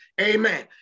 Amen